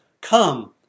come